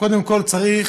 קודם כול צריך,